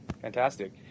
Fantastic